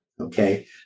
Okay